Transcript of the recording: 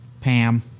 Pam